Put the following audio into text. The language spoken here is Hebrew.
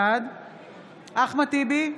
בעד אחמד טיבי,